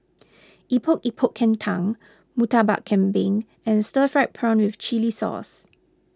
Epok Epok Kentang Murtabak Kambing and Stir Fried Prawn with Chili Sauce